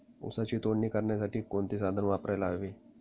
ऊसाची तोडणी करण्यासाठी कोणते साधन वापरायला हवे?